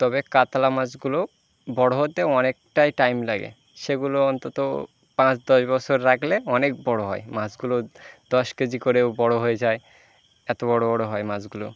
তবে কাতলা মাছগুলো বড় হতে অনেকটাই টাইম লাগে সেগুলো অন্তত পাঁচ দশ বছর রাখলে অনেক বড় হয় মাছগুলো দশ কেজি করেও বড় হয়ে যায় এত বড় বড় হয় মাছগুলো